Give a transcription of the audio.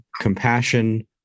compassion